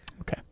Okay